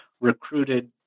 recruited